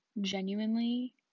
genuinely